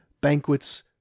banquets